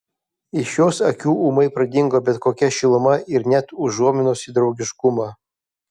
iš jos akių ūmai pradingo bet kokia šiluma ir net užuominos į draugiškumą